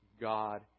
God